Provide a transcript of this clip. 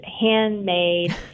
handmade